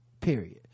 period